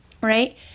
right